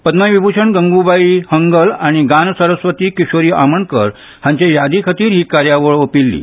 पद्मविभूशण गंगुबाई हंगल आनी गनसरस्वती किशोरी आमोणकार हांच्या यादी खातीर ही कार्यावळ ओंपिल्ली